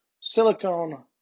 silicone